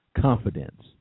confidence